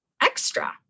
extra